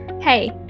Hey